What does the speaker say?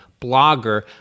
Blogger